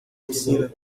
piscina